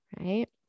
Right